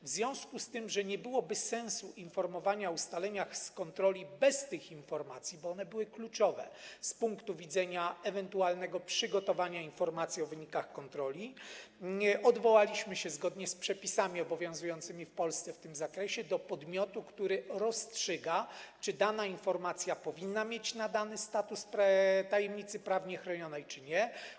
W związku z tym, że nie byłoby sensu informowania o ustaleniach z kontroli bez tych informacji, bo one były kluczowe z punktu widzenia ewentualnego przygotowania informacji o wynikach kontroli, odwołaliśmy się zgodnie z przepisami obowiązującymi w Polsce w tym zakresie do podmiotu, który rozstrzyga, czy dana informacja powinna mieć nadany status tajemnicy prawnie chronionej, czy nie.